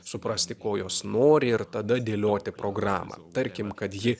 suprasti ko jos nori ir tada dėlioti programą tarkim kad ji